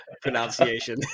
pronunciation